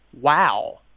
wow